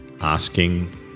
asking